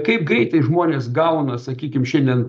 kaip greitai žmonės gauna sakykim šiandien